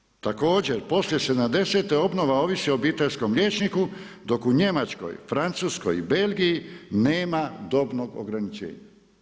U Finskoj također poslije 70-te obnova ovisi o obiteljskom liječniku, dok u Njemačkoj, Francuskoj i Belgiji nema dobnog ograničenja.